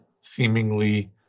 seemingly